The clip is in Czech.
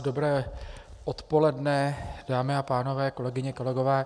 Dobré odpoledne, dámy a pánové, kolegyně, kolegové.